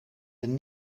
een